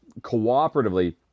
cooperatively